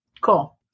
Cool